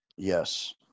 Yes